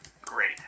great